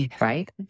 right